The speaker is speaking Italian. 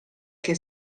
che